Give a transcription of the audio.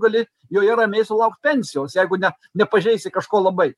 gali joje ramiai sulaukt pensijos jeigu ne nepažeisi kažko labai